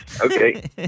Okay